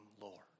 Lord